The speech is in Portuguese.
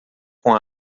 com